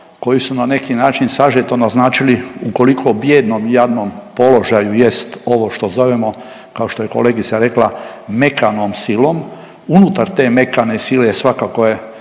koji su na neki način sažeto naznačili ukoliko bijednom i jadnom položaju jest ovo što zovemo kao što je kolegica rekla, mekanom silom. Unutar te mekane sile svakako je